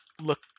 look